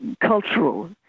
cultural